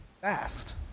fast